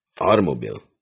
Automobile